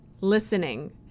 listening